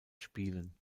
spielen